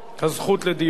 הזכות לדיור,